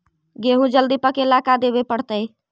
गेहूं जल्दी पके ल का देबे पड़तै?